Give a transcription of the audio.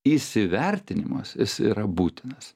įsivertinimas jis yra būtinas